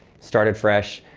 started fresh,